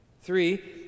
Three